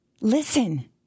listen